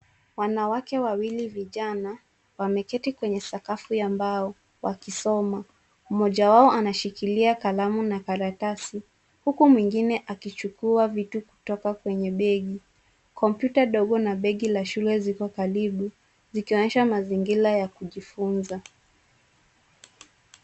Wanawake Wawili vijana wameketi kwenye sakafu ya mbao wakisoma. Mmoja wao anashikilia kalamu na karatasi huku mwingine akichukua vitu kutoka kwenye begi. Kompyuta ndogo na begi la shule viko karibu zikionyesha mazingira ya kujifunza.